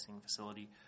facility